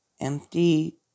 empty